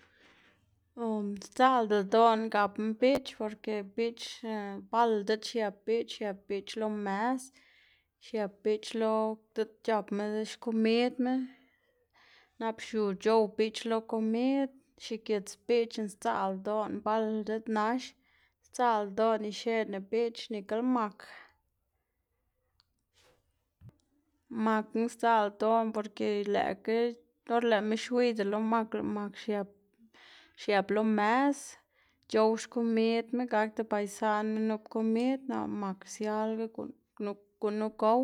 sdzaꞌlda ldoná gapná biꞌch porke biꞌch bal diꞌt xiep biꞌch xiep biꞌch lo mes, xiep biꞌch lo diꞌt c̲h̲apma xkomidma, nap xiu c̲h̲ow biꞌch lo komid xigits biꞌcha sdzaꞌlda ldoꞌná bal diꞌt nax, sdzaꞌlda ldoꞌná ixeꞌnna biꞌch nikla mak, makna sdzaꞌlda ldoꞌná porke lëꞌkga or lëꞌma xwiyda lo mak lëꞌ mak xiep xiep lo mes c̲h̲ow xkomidma gakda ba isaꞌnma nup komid, nap lëꞌ mak sialaga guꞌn gunu gow